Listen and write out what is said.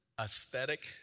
aesthetic